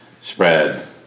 spread